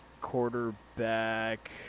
quarterback